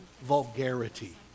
vulgarity